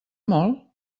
molt